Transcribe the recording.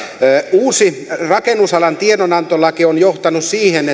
uusi rakennusalan tiedonantolaki on johtanut siihen